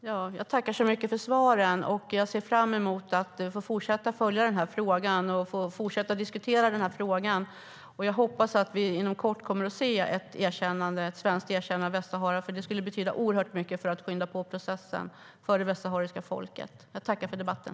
Herr talman! Jag tackar så mycket för svaren och ser fram emot att få fortsätta att följa och diskutera den här frågan. Jag hoppas att vi inom kort kommer att se ett svenskt erkännande av Västsahara, för det skulle betyda oerhört mycket för att skynda på processen för det västsahariska folket. Jag tackar för debatten.